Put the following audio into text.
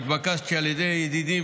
התקבלה בקריאה השנייה והשלישית,